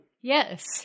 Yes